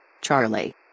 Charlie